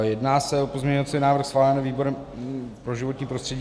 Jedná se o pozměňovací návrh schválený výborem pro životní prostředí.